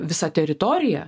visa teritorija